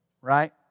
right